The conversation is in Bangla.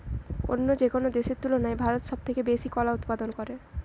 অন্য যেকোনো দেশের তুলনায় ভারত সবচেয়ে বেশি কলা উৎপাদন করে